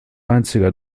einziger